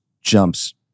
jumps